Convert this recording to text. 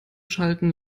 schalten